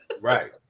right